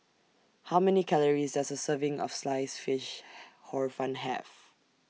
How Many Calories Does A Serving of Sliced Fish Hor Fun Have